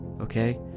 okay